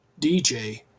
DJ